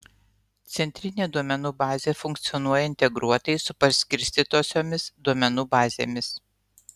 centrinė duomenų bazė funkcionuoja integruotai su paskirstytosiomis duomenų bazėmis